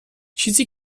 چیزی